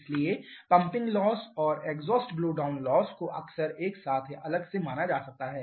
इसलिए pumping loss और exhaust blow down loss को अक्सर एक साथ या अलग से माना जाता है